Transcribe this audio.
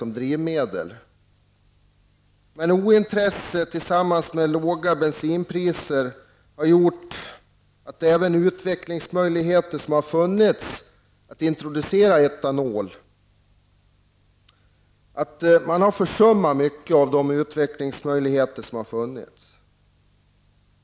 Men ointresse och låga bensinpriser har gjort att även de utvecklingsmöjligheter som har funnits när det gäller att introducera etanol i stor utsträckning har försummats.